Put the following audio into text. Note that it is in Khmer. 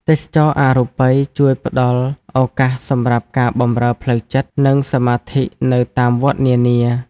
ទេសចរណ៍អរូបីជួយផ្ដល់ឱកាសសម្រាប់ការបម្រើផ្លូវចិត្ត និងសមាធិនៅតាមវត្តនានា។